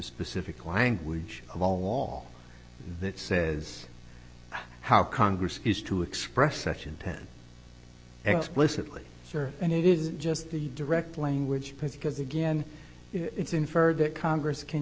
specific language of all that says how congress is to express such intent explicitly sure and it isn't just the direct language because again it's inferred that congress can